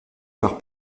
voire